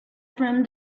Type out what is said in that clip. from